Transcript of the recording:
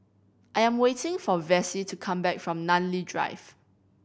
I am waiting for Vassie to come back from Namly Drive